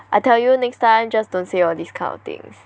I tell you next time just don't say all these kind of things